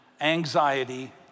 anxiety